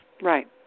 Right